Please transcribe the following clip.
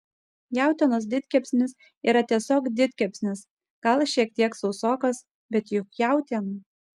jautienos didkepsnis yra tiesiog didkepsnis gal šiek tiek sausokas bet juk jautiena